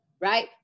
right